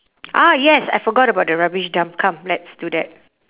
ah yes I forgot about the rubbish dump come let's do that